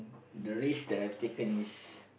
the risk that I've taken is